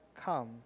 come